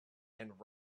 and